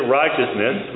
righteousness